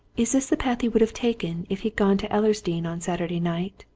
is this the path he would have taken if he'd gone to ellersdeane on saturday night?